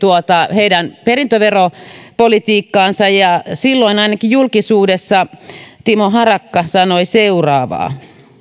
heidän perintöveropolitiikkaansa ja silloin ainakin julkisuudessa timo harakka sanoi seuraavaa